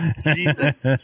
jesus